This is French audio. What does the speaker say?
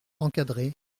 encadrées